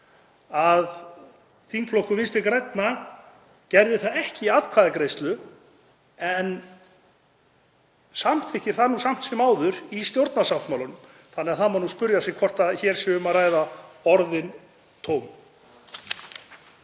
að þingflokkur Vinstri grænna gerði það ekki í atkvæðagreiðslu en samþykkir það nú samt sem áður í stjórnarsáttmálanum. Þannig að það má spyrja sig hvort hér sé um að ræða orðin tóm.